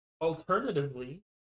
Alternatively